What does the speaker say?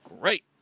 great